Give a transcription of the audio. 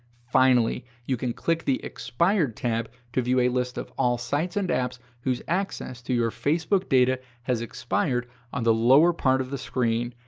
finally, you can click the expired tab to view a list of all sites and apps whose access to your facebook data has expired on the lower part of the screen.